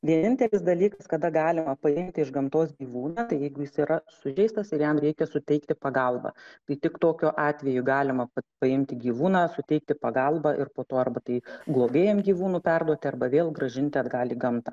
vienintelis dalykas kada galima paimti iš gamtos gyvūną tai jeigu jis yra sužeistas ir jam reikia suteikti pagalbą tai tik tokiu atveju galima paimti gyvūną suteikti pagalbą ir po to arba tai globėjam gyvūnų perduoti arba vėl grąžinti atgal į gamtą